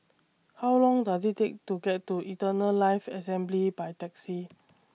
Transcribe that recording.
How Long Does IT Take to get to Eternal Life Assembly By Taxi